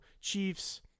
Chiefs